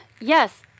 yes